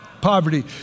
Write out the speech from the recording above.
Poverty